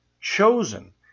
chosen